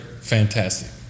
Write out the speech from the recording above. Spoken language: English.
fantastic